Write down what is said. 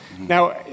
Now